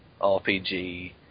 RPG